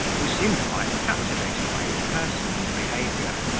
who seemed quite captivated by his person and behaviour.